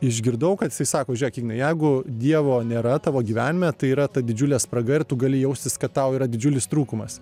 išgirdau kad jisai sako žiūrėk ignai jeigu dievo nėra tavo gyvenime tai yra ta didžiulė spraga ir tu gali jaustis kad tau yra didžiulis trūkumas